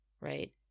right